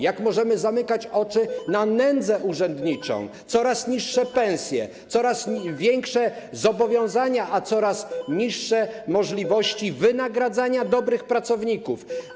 Jak możemy zamykać oczy na nędzę urzędniczą, coraz niższe pensje, coraz większe zobowiązania, a coraz mniejsze możliwości wynagradzania dobrych pracowników?